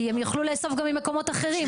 כי הם יוכלו לאסוף גם ממקומות אחרים.